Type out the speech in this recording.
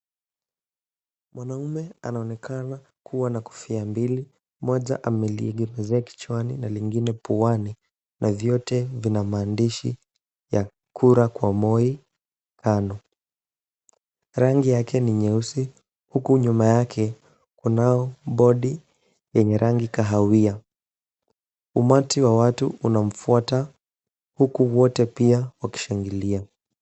Mwanaume anaonekana kuwa ana kofia mbili. Moja ameliegemeza kichwani na ingine puani na vyote vina maandishi ya Kura Kwa Moi kando. Rangi yake ni nyeusi huku nyuma yake kuna bodi yenye rangi kahawia. Umati wa watu unamfuata huku wote pia wakishangilia.